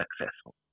successful